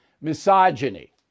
misogyny